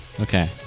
Okay